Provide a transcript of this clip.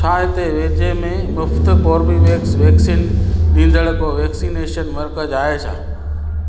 छा हिते वेझे में मुफ़्त कोर्बीवेक्स वैक्सीन ॾींदड़ को वैक्सनेशन मर्कज़ आहे छा